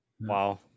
wow